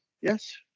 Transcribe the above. yes